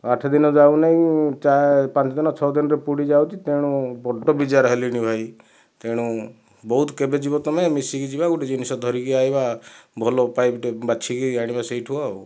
ଆଠ ଦିନ ଯାଉ ନାଇଁ ଚା ପାଞ୍ଚ ଦିନ ଛଅ ଦିନରେ ପୋଡି ଯାଉଛି ତେଣୁ ବଡ଼ ବିଜାର ହେଲିଣି ଭାଇ ତେଣୁ ବୌଦ୍ଧ କେବେ ଯିବ ତମେ ମିଶିକି ଯିବା ଗୋଟେ ଜିନିଷ ଧରିକି ଆସିବା ଭଲ ଉପାୟ ଗୋଟେ ବାଛିକି ଆଣିବା ସେଇଠୁ ଆଉ